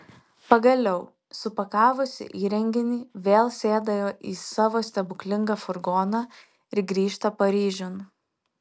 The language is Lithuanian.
pagaliau supakavusi įrenginį vėl sėda į savo stebuklingą furgoną ir grįžta paryžiun